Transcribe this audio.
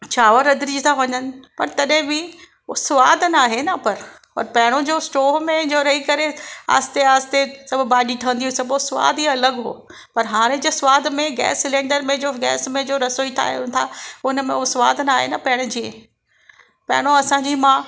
चांवर रधजी था वञनि पर तॾहिं बि उहो स्वादि नाहे न पर पर पहिरों जो स्टॉव में जो रही करे आस्ते आस्ते सभु भाॼी ठहंदी हुई सभु उहो स्वादि ई अलॻि हो पर हाणे जे स्वादि में गेस सिलेंडर में जो गेस में जो रसोई ठाहियूं था हुन में उहो स्वादि नाहे न पहिरें जीअं पहिरों असांजी माउ